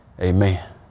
amen